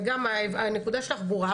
וגם הנקודה שלך ברורה.